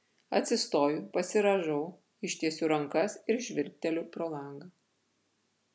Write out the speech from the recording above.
atsistoju pasirąžau ištiesiu rankas ir žvilgteliu pro langą